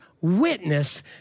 witness